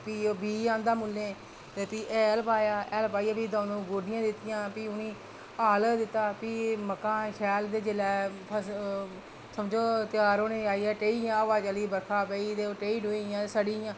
ते भी ओह् बीऽ आंह्दा मुल्लें ते भी हैल पाया ते हैल पाइयै भी द'ऊं द'ऊं गोड्डियां दित्तियां जां भी उ'नें ई हैल दित्ता ते भी मक्कां शैल ते जेल्लै समझो फसल तेआर होने ई आई ते ढेही हवा चली बरखा पेई ते ढेही ते सड़ी गेइयां